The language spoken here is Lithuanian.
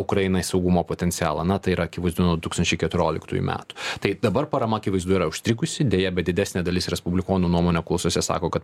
ukrainai saugumo potencialą na tai yra akivaizdu nuo du tūkstančiai keturioliktųjų metų tai dabar parama akivaizdu yra užtikusi deja bet didesnė dalis respublikonų nuomone apklausose sako kad